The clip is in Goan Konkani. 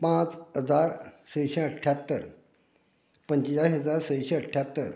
पांच हजार सयशें अठ्ठ्यात्तर पंचेचाळीस हजार सयशें अठ्ठ्यात्तर